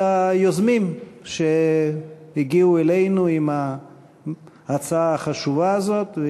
היוזמים שהגיעו אלינו עם ההצעה החשובה הזאת,